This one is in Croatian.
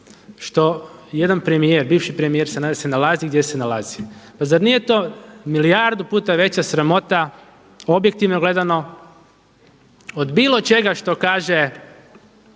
što jedan premijer, bivši premijer Sanader se nalazi gdje se nalazi? Pa zar to nije milijardu puta veća sramota objektivno gledano od bilo čega što kaže